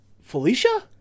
Felicia